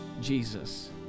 Jesus